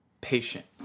patient